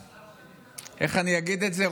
איך אגיד את זה?